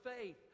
faith